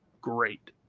great